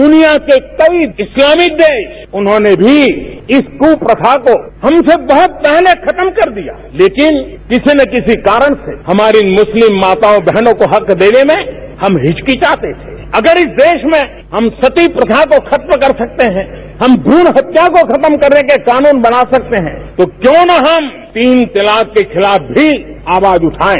दुनिया के कई इस्लामिक देश उन्होंने भी इस कु प्रथा को हमसे बहुत पहले खत्म कर दिया लेकिन किसी न किसी कारण से हमारी मुस्लिम माताओं बहनों को हक देने में हम हिचकिचाते थे अगर इस देश में हम सती प्रथा को खत्म कर सकते हैं हम भ्रूण हत्या को खत्म करने के लिए कानून बना सकते हैं तो क्यों न हम तीन तलाक के खिलाफ भी आवाज उठायें